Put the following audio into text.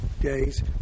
days